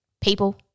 people